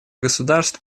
государств